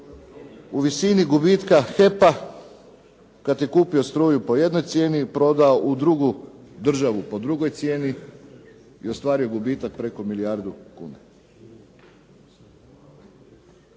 u visini gubitka HEP-a kada je kupio struju po jednoj cijeni, prodao u drugu državu po drugoj cijeni i ostvario gubitak preko milijardu kuna.